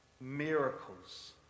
miracles